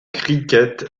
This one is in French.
cricket